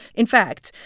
in fact,